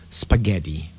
spaghetti